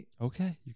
Okay